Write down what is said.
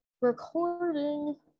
Recording